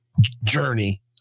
journey